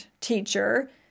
teacher